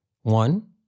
One